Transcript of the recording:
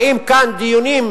באים כאן דיונים,